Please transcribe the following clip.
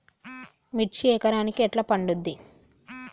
మిర్చి ఎకరానికి ఎట్లా పండుద్ధి?